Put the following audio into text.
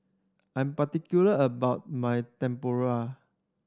I'm particular about my tempoyak